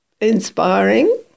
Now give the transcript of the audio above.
inspiring